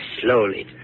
slowly